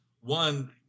one